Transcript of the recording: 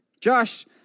Josh